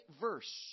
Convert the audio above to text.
verse